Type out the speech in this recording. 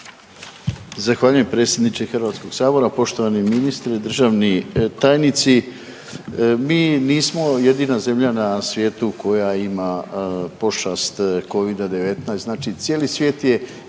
Zahvaljujem predsjedniče Hrvatskog sabora. Poštovani ministre, državni tajnici, mi nismo jedina zemlja na svijetu koja ima pošast Covida-19, znači cijeli svijet je